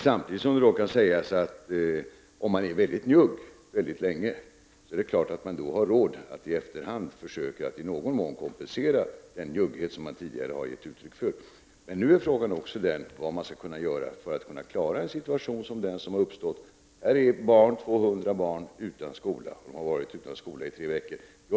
Samtidigt kan det sägas att den som har varit njugg länge har råd att i efterhand försöka att i någon mån kompensera den njugghet man tidigare har gett uttryck för. Nu är frågan också den vad man skall kunna göra för att klara den situation som har uppstått? Här har 200 barn varit utan skola i tre veckor.